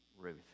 Ruth